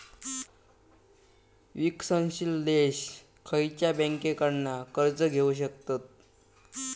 विकसनशील देश खयच्या बँकेंकडना कर्ज घेउ शकतत?